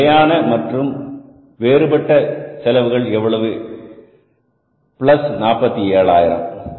இங்கு நிலையான மற்றும் வேறுபட்ட செலவுகள் எவ்வளவு பிளஸ் 47000